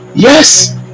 Yes